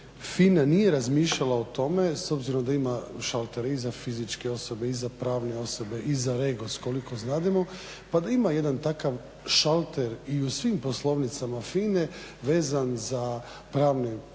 FINA nije razmišljala o tome s obzirom da ima šaltere i za fizičke osobe i za pravne osobe i za REGOS koliko znamo, pa da ima jedan takav šalter i u svim poslovnicama FINA-e vezan za pravne i